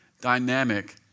dynamic